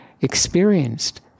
experienced